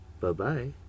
Bye-bye